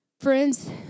Friends